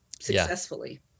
successfully